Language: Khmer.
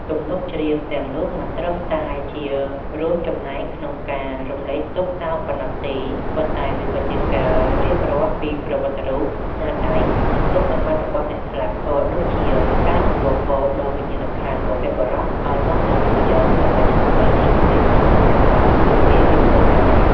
ទំនុកច្រៀងទាំងនោះមិនត្រឹមតែជារួមចំណែកក្នុងការរំលែកទុក្ខសោកប៉ុណ្ណោះទេ ប៉ុន្តែវាក៏ជាការរៀបរាប់ពីប្រវត្តិរូប ស្នាដៃ និងគុណសម្បត្តិរបស់អ្នកស្លាប់ ក៏ដូចជាការអង្វរករដល់វិញ្ញាណក្ខន្ធបុព្វបុរសឱ្យមកទទួលយកសមាជិកថ្មីនេះទៅក្នុងចំណោមពួកគេវិញផងដែរ។